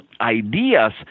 ideas